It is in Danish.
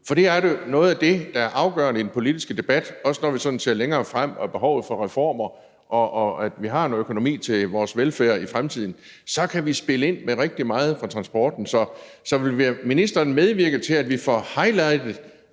for det er noget af det, der er afgørende i den politiske debat, også når vi ser længere frem og på behovet for reformer og på, at vi har en økonomi til vores velfærd i fremtiden. Så kan vi spille ind med rigtig meget på transportområdet. Så vil ministeren medvirke til, at vi får highlightet,